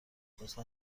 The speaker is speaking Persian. لطفا